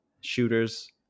shooters